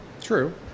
true